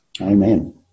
Amen